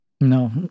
No